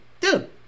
dude